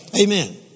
Amen